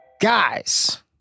Guys